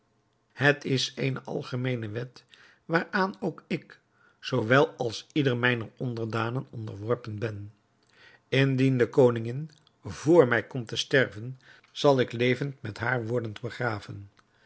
het is eene algemeene wet waaraan ook ik zoo wel als ieder mijner onderdanen onderworpen ben indien de koningin vr mij komt te sterven zal ik levend met haar worden